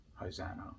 Hosanna